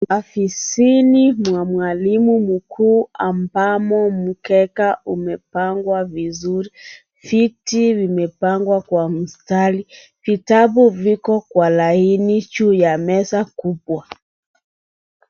Afisini mwa mwalimu mkuu ambamo mkeka umepangwa vizuri. Viti vimepangwa kwa msatari, vitabu viko kwa laini juu ya meza kubwa.